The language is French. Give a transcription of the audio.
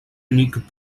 unique